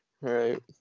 right